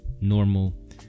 normal